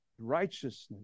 righteousness